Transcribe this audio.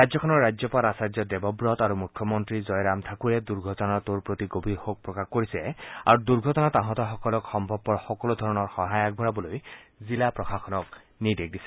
ৰাজ্যখনৰ ৰাজ্যপাল আৰ্চায্য দেৱৱত আৰু মুখ্য মন্ত্ৰী জয়ৰাম ঠাকুৰে দুৰ্ঘটনাটোৰ প্ৰতি গভীৰ শোক প্ৰকাশ কৰিছে আৰু দুৰ্ঘটনাত আহতসকলক সম্ভৱপৰ সকলো সহায় আগবঢ়াবলৈ জিলা প্ৰশাসনক নিৰ্দেশ দিছে